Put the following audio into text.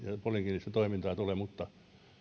polikliinistä toimintaa mutta